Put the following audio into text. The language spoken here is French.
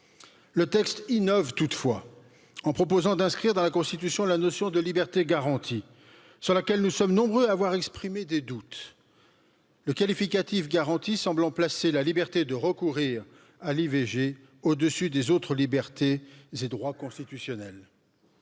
le texte innove toutefois en proposant d'inscrire dans la constitution la notion de liberté garantie sur laquelle nous sommes nombreux à avoir exprimé des doutes. Le qualificatif garanti semblant placer la liberté de recourir à l'i V. G et droit constitutionnel.